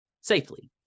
safely